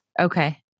okay